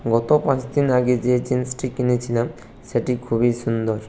গত পাঁচদিন আগে যে জিন্সটি কিনেছিলাম সেটি খুবই সুন্দর